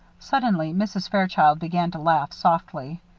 suddenly mrs. fairchild began to laugh softly.